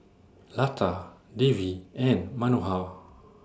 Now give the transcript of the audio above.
Lata Devi and Manohar